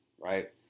right